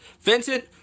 Vincent